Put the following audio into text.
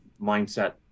mindset